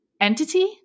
entity